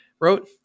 wrote